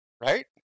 Right